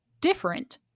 different